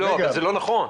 אבל זה לא נכון.